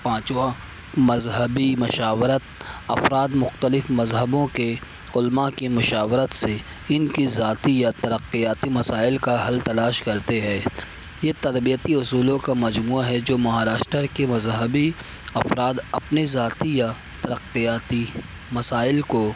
پانچواں مذہبی مشاورت افراد مختلف مذہبوں کے علما کے مشاورت سے ان کی ذاتی یا ترقیاتی مسائل کا حل تلاش کرتے ہیں یہ تربیتی اصولوں کا مجموعہ ہے جو مہاراشٹر کے مذہبی افراد اپنے ذاتی یا ترقیاتی مسائل کو